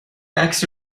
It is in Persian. عکسی